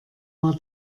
war